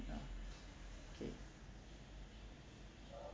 ya kay